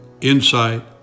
insight